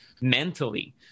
mentally